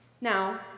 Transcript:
Now